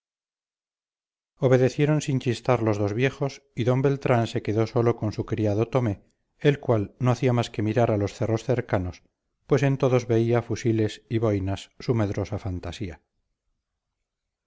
obedecieron sin chistar los dos viejos y d beltrán se quedó solo con su criado tomé el cual no hacía más que mirar a los cerros cercanos pues en todos veía fusiles y boinas su medrosa fantasía